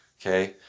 Okay